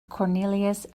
cornelius